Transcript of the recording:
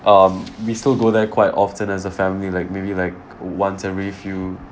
um we still go there quite often as a family like maybe like once every few